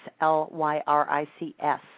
L-Y-R-I-C-S